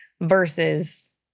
versus